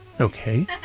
Okay